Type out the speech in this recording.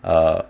uh